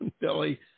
Billy